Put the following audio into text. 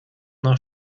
nach